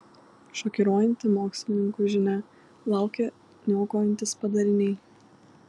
šokiruojanti mokslininkų žinia laukia niokojantys padariniai